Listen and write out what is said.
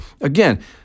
again